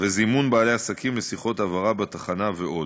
בזימון בעלי עסקים לשיחות הבהרה בתחנה ועוד.